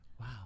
Wow